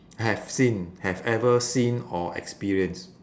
have seen have ever seen or experienced